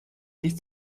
nicht